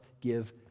give